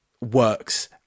works